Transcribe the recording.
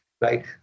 right